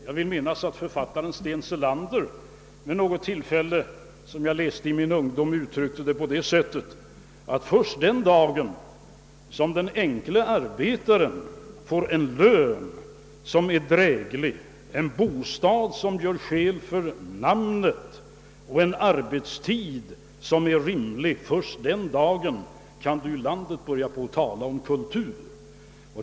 Jag vill minnas att jag läste i min ungdom att författaren Sten Selander vid något tillfälle uttryckte detta så, att först den dagen som den enkle arbetaren får en lön som är dräglig, en bostad som gör skäl för namnet och en arbetstid som är rimlig, först den dagen kan man i landet börja tala om kultur.